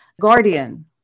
guardian